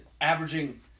averaging